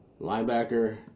linebacker